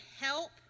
help